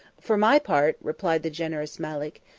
for my part, replied the generous malek,